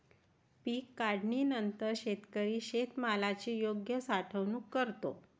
पीक काढणीनंतर शेतकरी शेतमालाची योग्य साठवणूक करतो